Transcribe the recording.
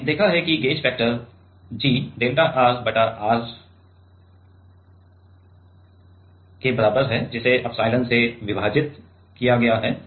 हमने देखा है कि gauge factor G delta R बटा R के बराबर है जिसे एप्सिलॉन से विभाजित किया गया है